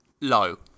low